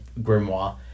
grimoire